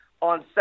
on